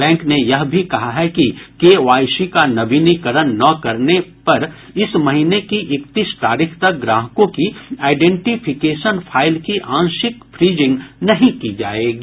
bank ने यह भी कहा है कि केवाईसी का नवीनीकरण न कराने पर इस महीने की इकतीस तारीख तक ग्राहकों की आइडेंटिफिकेशन फाइल की आंशिक फ्रीजिंग नहीं की जाएगी